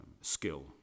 skill